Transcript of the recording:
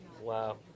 wow